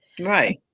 Right